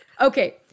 Okay